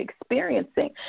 experiencing